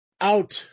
out